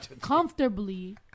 comfortably